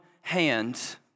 hands